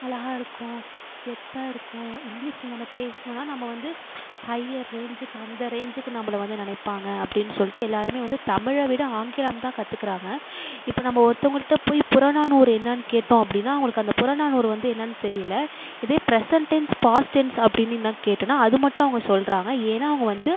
அழகாக இருக்கும் கெத்தாக இருக்கும் இங்கிலீஷில் நம்ம பேசினோம்னா நம்ம வந்து ஹைய்யர் ரேஞ்சுக்கு அந்த ரேஞ்சுக்கு நம்மளை வந்து நினைப்பாங்க அப்படின்னு சொல்லிட்டு எல்லாேருமே வந்து தமிழை விட ஆங்கிலம் தான் கற்றுக்குறாங்க இப்போ நம்ம ஒருத்தவங்கள்கிட்ட போய் புறநானூறு என்னென்னு கேட்டோம் அப்படினால் அவர்களுக்கு அந்த புறநானூறு வந்து என்னென்னு தெரியலை இதே ப்ரெசென் டென்ஸ் பாஸ்ட் டென்ஸ் அப்படின்னு எதுனால் கேட்டோம்னால் அது மட்டும் அவங்க சொல்கிறாங்க ஏன்னால் அவங்க வந்து